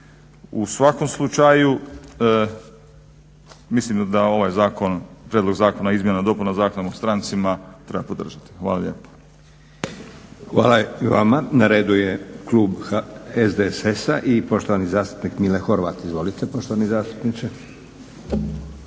U svakom slučaju mislim da ovaj Prijedlog zakona o izmjenama i dopunama Zakona o strancima treba podržati. Hvala lijepo. **Leko, Josip (SDP)** Hvala i vama. Na redu je klub SDSS-a i poštovani zastupnik Mile Horvat. Izvolite poštovani zastupniče.